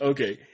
Okay